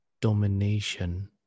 domination